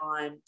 on